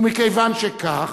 ומכיוון שכך,